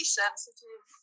sensitive